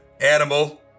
Animal